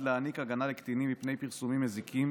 להעניק הגנה לקטינים מפני פרסומים מזיקים